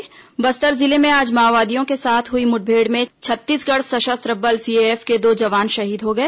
मुठभेड़ जवान शहीद समर्पण बस्तर जिले में आज माओवादियों के साथ हुई मुठभेड़ में छत्तीसगढ़ सशस्त्र बल सीएएफ के दो जवान शहीद हो गए